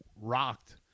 rocked